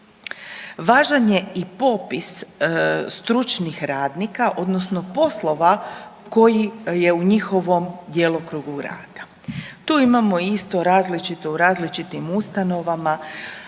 Važan je i popis stručnih radnika odnosno poslova koji je u njihovom djelokrugu rada. Tu imamo isto različito u različitim ustanovama.